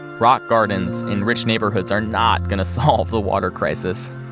rock gardens in rich neighborhoods are not going to solve the water crisis,